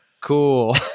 Cool